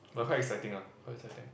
but quite exciting ah quite exciting